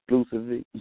exclusively